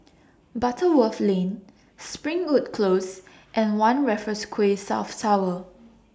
Butterworth Lane Springwood Close and one Raffles Quay South Tower